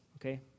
Okay